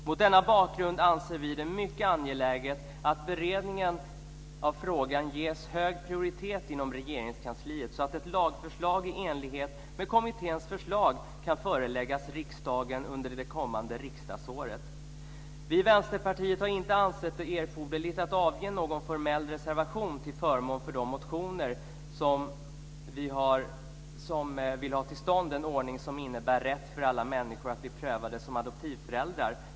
Mot denna bakgrund anser vi det mycket angeläget att beredningen av frågan ges hög prioritet inom Regeringskansliet så att ett lagförslag i enlighet med kommitténs förslag kan föreläggas riksdagen under det kommande riksdagsåret. Vi i Vänsterpartiet har inte ansett det erforderligt att avge någon formell reservation till förmån för de motioner där vi vill ha till stånd en ordning som innebär rätt för alla människor att bli prövade som adoptivföräldrar.